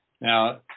Now